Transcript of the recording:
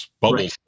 bubble